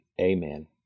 amen